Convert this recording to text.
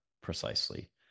precisely